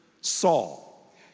Saul